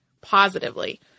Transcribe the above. positively